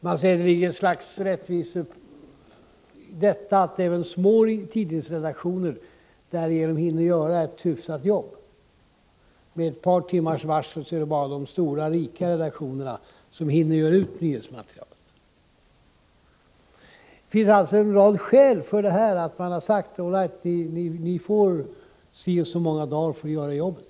Man säger att det ligger något slags rättvisa i det faktum att även små tidningsredaktioner genom ett sådant förfarande hinner göra ett hyfsat jobb. I de fall där det ges endast ett par timmars varsel är det bara de stora rika redaktionerna som hinner bearbeta nyhetsmaterialet. Det finns alltså en rad skäl till att man har sagt: All right, ni får så och så många dagar på er för att göra jobbet.